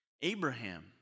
Abraham